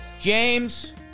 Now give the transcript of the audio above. James